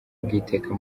bw’iteka